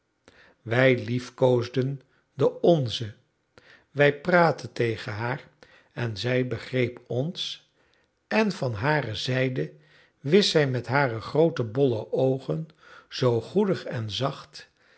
wij liefkoosden de onze wij praatten tegen haar en zij begreep ons en van hare zijde wist zij met hare groote bolle oogen zoo goedig en zacht